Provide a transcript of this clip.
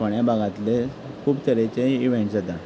फोंड्या भागांतले खूब तरेचे इव्हेंट्स जाता